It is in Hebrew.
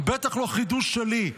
בטח לא חידוש שלי,